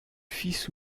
fils